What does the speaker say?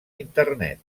internet